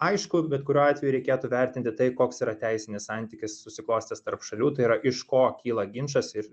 aišku bet kuriuo atveju reikėtų vertinti tai koks yra teisinis santykis susiklostęs tarp šalių tai yra iš ko kyla ginčas ir